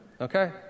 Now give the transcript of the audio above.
Okay